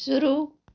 शुरू